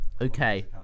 Okay